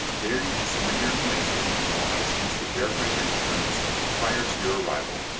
there you can submit your information and we'll have a chance to verify your insurance prior to your arrival.